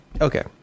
Okay